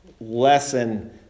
Lesson